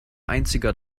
einziger